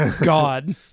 God